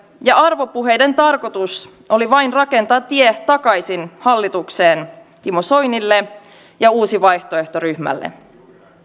ja arvopuheiden tarkoitus oli vain rakentaa tie takaisin hallitukseen timo soinille ja uusi vaihtoehto ryhmälle